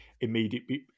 immediately